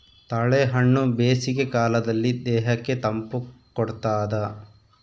ತಾಳೆಹಣ್ಣು ಬೇಸಿಗೆ ಕಾಲದಲ್ಲಿ ದೇಹಕ್ಕೆ ತಂಪು ಕೊಡ್ತಾದ